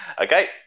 Okay